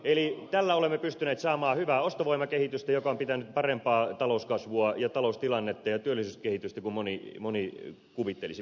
eli tällä olemme pystyneet saamaan hyvää ostovoiman kehitystä joka on pitänyt yllä parempaa talouskasvua ja taloustilannetta ja työllisyyskehitystä kuin moni kuvittelisi